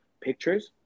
pictures